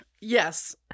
Yes